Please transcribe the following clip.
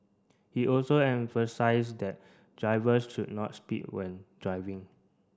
he also emphasised that drivers should not speed when driving